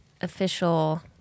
official